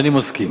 אני מסכים.